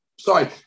Sorry